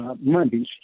Mondays